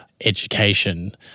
education